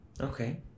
Okay